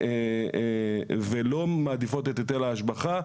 ולא מעדיפות את היטל ההשבחה.